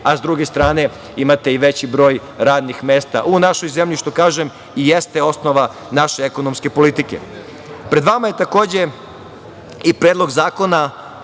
a sa druge strane, imate i veći broj radnih mesta u našoj zemlji, što kažem, i jeste osnova naše ekonomske politike. Pred vama je, takođe, i predlog zakona